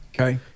Okay